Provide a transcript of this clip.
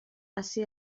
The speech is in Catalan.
ací